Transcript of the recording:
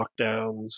lockdowns